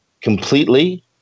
completely